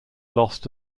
lost